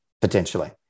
potentially